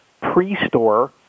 pre-store